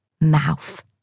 mouth